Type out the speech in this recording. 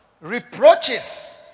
Reproaches